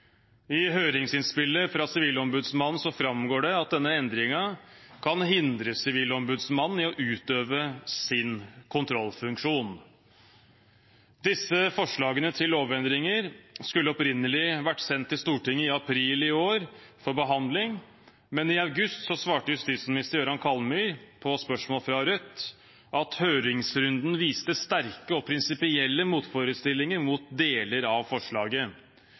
I høringsinnspillet fra Sivilombudsmannen framgår det at denne endringen kan hindre Sivilombudsmannen i å utøve sin kontrollfunksjon. Disse forslagene til lovendringer skulle opprinnelig ha vært sendt til Stortinget i april i år for behandling, men i august svarte justisminister Jøran Kallmyr følgende på spørsmål fra Rødt: «Høringsrunden viste imidlertid at det var sterke og prinsipielle motforestillinger mot deler av forslaget.